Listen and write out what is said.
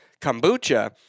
kombucha